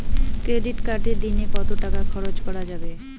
Credit কার্ডে দিনে কত টাকা খরচ করা যাবে?